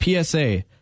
PSA